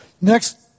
Next